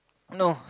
no